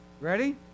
Ready